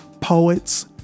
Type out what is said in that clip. poets